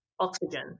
Oxygen